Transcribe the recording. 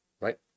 right